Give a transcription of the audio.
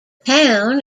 town